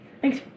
Thanks